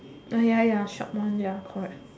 ya ya shop one ya correct